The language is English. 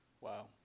Wow